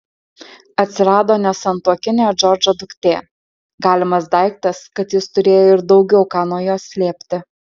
atsirado nesantuokinė džordžo duktė galimas daiktas kad jis turėjo ir daugiau ką nuo jos slėpti